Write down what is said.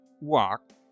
walk